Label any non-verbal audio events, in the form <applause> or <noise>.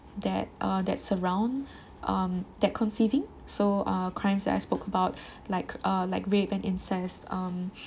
that uh that surround um that conceiving so uh crimes that I spoke about <breath> like uh like rape and incest um <breath>